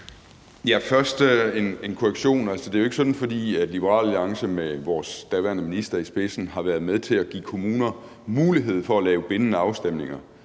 komme med en korrektion. Det er jo ikke sådan, at der, fordi Liberal Alliance med vores daværende minister i spidsen har været med til at give kommuner mulighed for at lave bindende afstemninger,